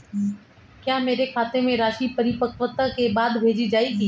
क्या मेरे खाते में राशि परिपक्वता के बाद भेजी जाएगी?